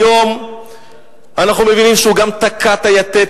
היום אנחנו מבינים שהוא גם תקע את היתד,